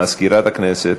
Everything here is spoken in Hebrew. מזכירת הכנסת,